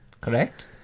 correct